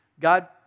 God